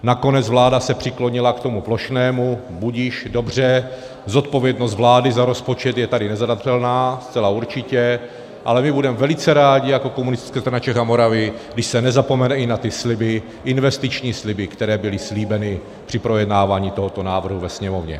Nakonec vláda se přiklonila k tomu plošnému, budiž, dobře, zodpovědnost vlády za rozpočet je tady nezadatelná, zcela určitě, ale my budeme velice rádi jako Komunistická strana Čech a Moravy, když se nezapomene i na ty sliby, investiční sliby, které byly slíbeny při projednávání tohoto návrhu ve Sněmovně.